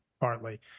partly